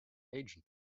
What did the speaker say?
agent